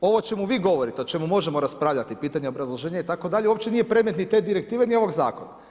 Ovo o čemu vi govorite, o čemu možemo raspravljati i pitanje obrazloženja itd., uopće nije predmet ni te direktive ni ovog zakona.